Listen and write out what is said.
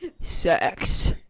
sex